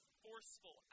forceful